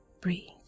Breathe